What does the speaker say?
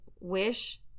Wish